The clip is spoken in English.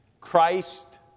Christ